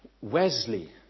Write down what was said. Wesley